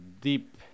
deep